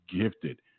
gifted